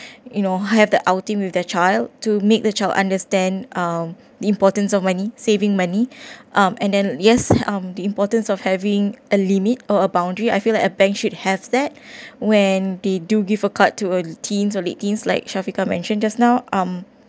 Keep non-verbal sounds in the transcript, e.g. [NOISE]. you know have the outing with their child to make the child understand um the importance of money saving money um and then yes um [BREATH] the importance of having a limit or a boundary I feel like a bank should have that when they do give a card to a teens or late teens like shafika mentioned just now um